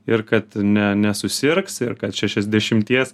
ir kad ne nesusirgs ir kad šešiasdešimties